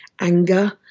anger